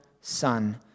Son